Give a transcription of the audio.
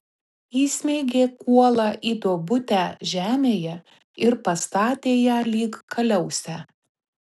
įsmeigė kuolą į duobutę žemėje ir pastatė ją lyg kaliausę